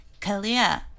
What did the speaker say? Kalia